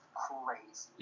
crazy